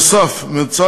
נוסף על כך,